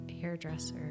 hairdresser